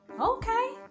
okay